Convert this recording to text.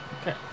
Okay